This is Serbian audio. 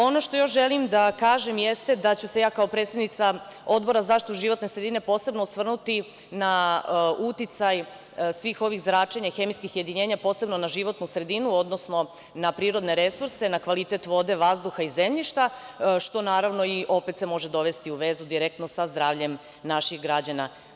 Ono što još želim da kažem, jeste da ću se ja kao predsednica Odbora za zaštitu životne sredine posebno osvrnuti na uticaj svih ovih zračenja i hemijskih jedinjenja posebno na životnu sredinu, odnosno na prirodne resurse, na kvalitet vode, vazduha i zemljišta, što naravno se opet može dovesti u direktno u vezu sa zdravljem naših građana.